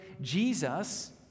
Jesus